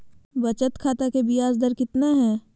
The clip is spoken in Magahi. बचत खाता के बियाज दर कितना है?